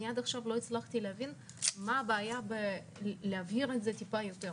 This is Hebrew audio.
אני עד עכשיו לא הצלחתי להבין מה הבעיה בלהבהיר את זה טיפה יותר.